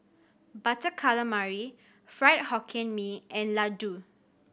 Butter Calamari Fried Hokkien Mee and laddu